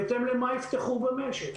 בהתאם למה יפתחו במשק,